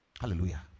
Hallelujah